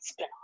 spinoff